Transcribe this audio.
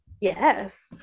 Yes